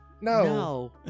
No